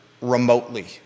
remotely